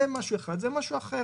זה משהו אחד, וזה משהו אחר.